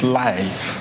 life